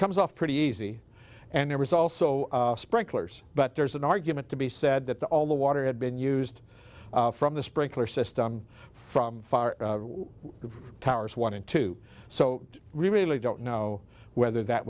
comes off pretty easy and there was also sprinklers but there's an argument to be said that the all the water had been used from the sprinkler system from the towers one and two so i really don't know whether that